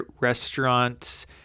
restaurants